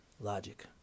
Logic